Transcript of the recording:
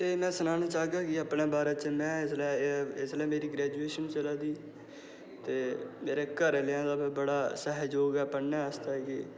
ते में सनाना चाह्गा कि अपने बारे च में इसलै इसलै मेरी ग्रैजूएशन चला दी ते मेरे घरें आह्लें दा बड़ा सैहयोग ऐ पढ़ने आस्तै कि